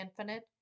infinite